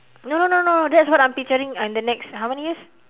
no no no no that's what I'm picturing in the next how many years